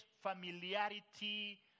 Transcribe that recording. familiarity